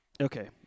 Okay